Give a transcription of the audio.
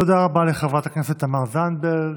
תודה רבה לחברת הכנסת תמר זנדברג.